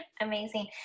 Amazing